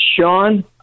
Sean